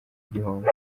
gihombo